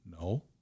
no